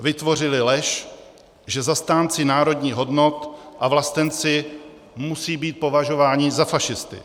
Vytvořili lež, že zastánci národních hodnot a vlastenci musí být považováni za fašisty.